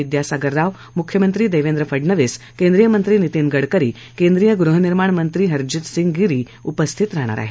विद्यासागर राव मुख्यमंत्री देवेंद्र फडनवीस केंद्रीय मंत्री नितिन गडकरी केंद्रीय गृहनिर्माणमंत्री हर्जीत सिंह गिरी उपस्थित राहणार आहेत